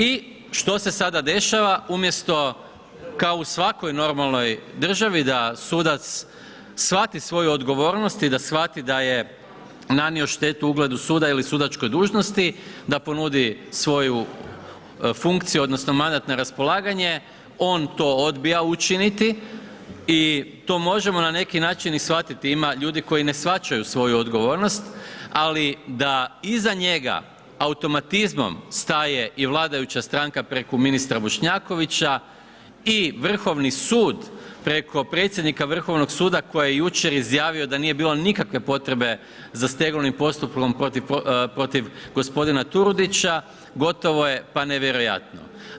I što se sada dešava, umjesto kao u svakoj normalnoj državi, a sudac shvati svoju odgovornost i da shvati da je nanio štetu ugledu suda ili sudačkoj dužnosti, da ponudi svoju funkciju odnosno mandat na raspolaganje, on to odbija učiniti i to možemo na neki način i shvatiti, ima ljudi koji ne shvaćaju svoju odgovornost, ali da iza njega automatizmom staje i vladajuća stranka preko ministra Bošnjakovića i Vrhovni sud preko predsjednika Vrhovnog suda koji je jučer izjavio da nije bilo nikakve potrebe za stegovnim postupkom protiv g. Turudića, gotovo je pa nevjerojatno.